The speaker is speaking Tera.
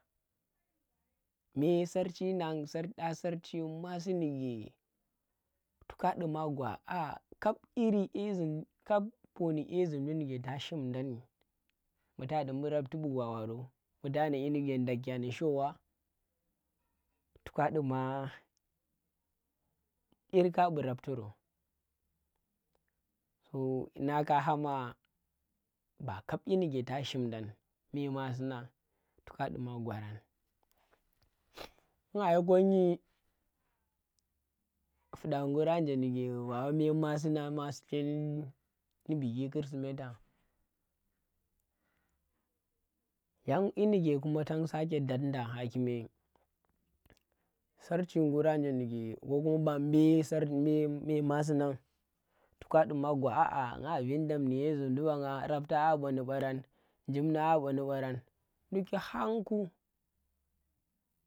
Mbe sarchi nang ɗa sarchi masi ndi ke to ka duma gwa ah kab iri nye zum, kap poni nye zum ndi ndike ta shim ndang ndi mbu ta ndi mbu rabti bu gwaa waro, mbu tana ƙyinike ndakyen ndi sho wa, to ka duma yir ka bu rabtoro so na ka hama ba kab ƙyi ndike ta shimdang mbe masi nang to ka duma gwarang. Bu ngah yi kon nyi, fuɗa nguranje nike wa mbe masi nang masi ndi biki chrismetyang yang kyi ndike kuma tang sake dat nda ha kume sarchi nguranje ndike ko kuma mba mbe sar mbe masi nang to ka duma gwa aa nga vindam ndi ye zum ndi banga rabta a ɓa ndi barang njim nang a ba ndi baran nduki hang ku